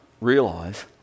realize